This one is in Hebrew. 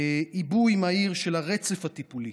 עיבוי מהיר של הרצף הטיפולי,